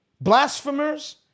blasphemers